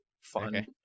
fun